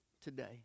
today